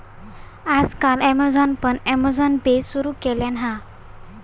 आज काल ॲमेझॉनान पण अँमेझॉन पे सुरु केल्यान हा